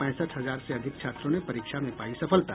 पैंसठ हजार से अधिक छात्रों ने परीक्षा में पायी सफलता